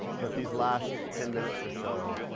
but these last ten minutes or so,